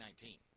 2019